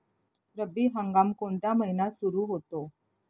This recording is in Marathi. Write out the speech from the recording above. रब्बी हंगाम कोणत्या महिन्यात सुरु होतो?